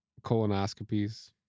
colonoscopies